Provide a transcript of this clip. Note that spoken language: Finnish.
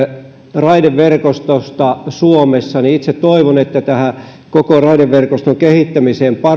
raideverkostosta suomessa niin itse toivon että tämän koko raideverkoston kehittämiseen